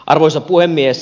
arvoisa puhemies